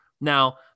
Now